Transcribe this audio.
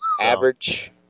Average